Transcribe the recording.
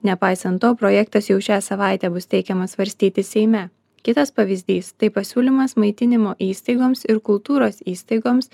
nepaisant to projektas jau šią savaitę bus teikiamas svarstyti seime kitas pavyzdys tai pasiūlymas maitinimo įstaigoms ir kultūros įstaigoms